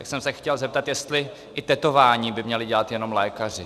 Tak jsem se chtěl zeptat, jestli i tetování by měli dělat jenom lékaři.